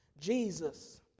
Jesus